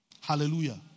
Hallelujah